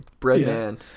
Breadman